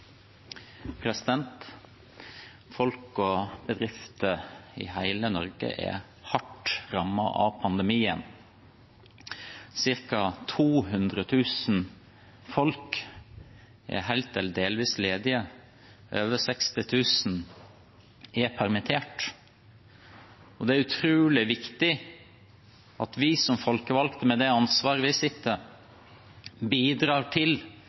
hardt rammet av pandemien. Cirka 200 000 folk er helt eller delvis ledige. Over 60 000 er permittert. Det er utrolig viktig at vi som folkevalgte, med det ansvaret vi besitter, bidrar til